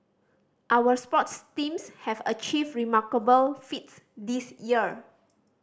our sports teams have achieved remarkable feats this year